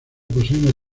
poseen